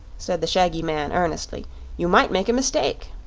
said the shaggy man earnestly you might make a mistake.